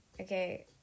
Okay